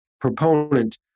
proponent